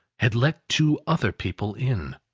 had let two other people in.